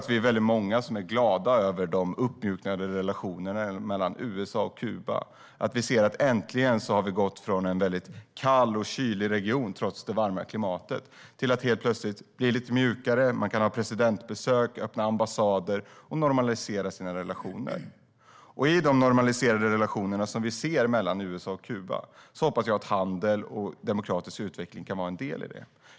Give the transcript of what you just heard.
Vi är många som är glada över de uppmjukade relationerna mellan USA och Kuba. Äntligen har regionen gått från att vara kall och kylig, trots det varma klimatet, till att helt plötsligt bli lite mjukare, få presidentbesök, öppna ambassader och normalisera relationerna. Jag hoppas att handel och demokratisk utveckling kan vara en del av de normaliserade relationerna vi ser mellan USA och Kuba.